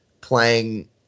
playing